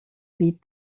beat